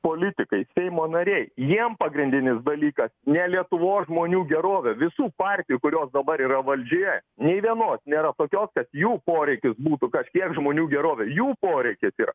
politikai seimo nariai jiem pagrindinis dalykas ne lietuvos žmonių gerovė visų partijų kurios dabar yra valdžioje nei vienos nėra tokios kad jų poreikis būtų kažkiek žmonių gerovė jų poreikis yra